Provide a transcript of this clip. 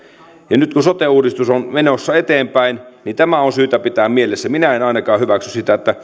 ja nyt kun sote uudistus on menossa eteenpäin niin tämä on syytä pitää mielessä minä en ainakaan hyväksy sitä että